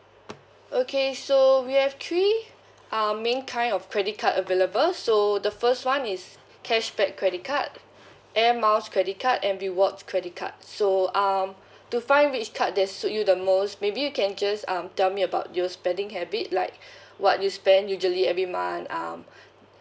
okay so we have three um main kind of credit card available so the first [one] is cashback credit card then miles credit card and rewards credit card so um to find which card that suit you the most maybe you can just um tell me about you spending habit like what you spend usually every month um